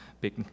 big